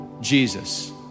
Jesus